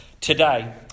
today